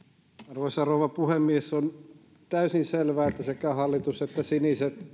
arvoisa rouva puhemies on täysin selvää että sekä hallitus että siniset